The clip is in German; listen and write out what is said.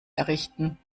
errichten